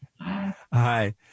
Hi